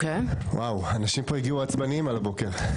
אנשים הגיעו עצבניים על הבוקר.